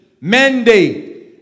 mandate